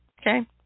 Okay